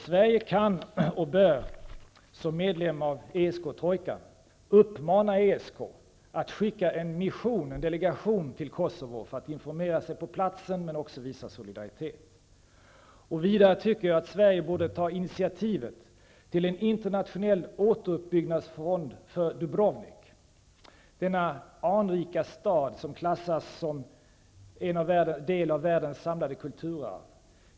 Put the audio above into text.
Sverige kan och bör som medlem av ESK-trojkan uppmana ESK att skicka en delegation till Kosovo för att informera sig på platsen men också för att visa solidaritet. Vidare tycker jag att Sverige borde ta initiativet till en internationell återuppbyggnadsfond för Dubrovnik, denna anrika stad som klassats som del av världens samlade kulturarv.